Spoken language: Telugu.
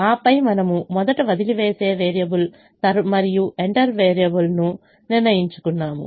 ఆపై మనము మొదట వదిలివేసే వేరియబుల్ మరియు ఎంటర్ వేరియబుల్ ను నిర్ణయించుకున్నాము